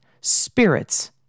spirits